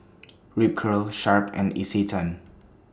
Ripcurl Sharp and Isetan